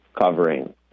covering